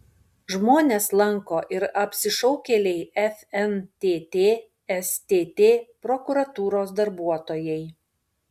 žmones lanko ir apsišaukėliai fntt stt prokuratūros darbuotojai